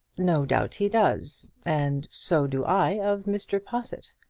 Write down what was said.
no doubt he does. and so do i of mr. possitt.